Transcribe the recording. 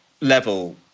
level